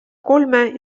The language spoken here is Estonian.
kolme